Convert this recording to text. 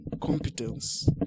competence